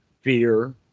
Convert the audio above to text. fear